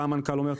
בא המנכ"ל ואומר,